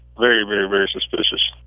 very, very, very suspicious.